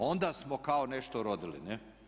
Onda smo kao nešto urodili, ne.